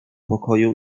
pokoju